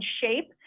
shape